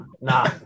nah